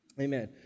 Amen